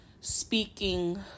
speaking